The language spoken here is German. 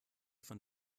von